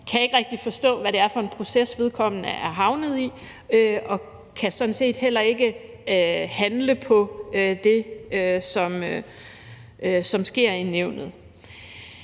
kan ikke rigtig forstå, hvad det er for en proces, vedkommende er havnet i og kan sådan set heller ikke handle på det, som sker i nævnet.